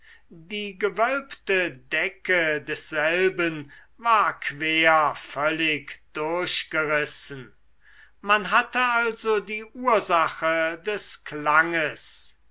die gewölbte decke desselben war quer völlig durchgerissen man hatte also die ursache des klanges